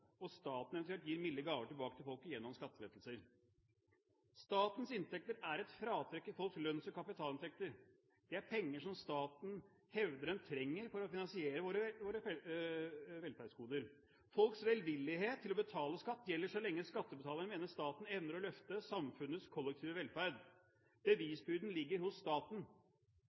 at staten eventuelt gir milde gaver tilbake til folket gjennom skattelettelser. Statens inntekter er et fratrekk i folks lønns- og kapitalinntekter. Det er penger som staten hevder den trenger for å finansiere våre velferdsgoder. Folks velvillighet til å betale skatt gjelder så lenge skattebetalerne mener staten evner å løfte samfunnets kollektive velferd. Bevisbyrden ligger hos staten.